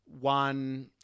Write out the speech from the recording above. one